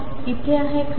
ते इथे आहे का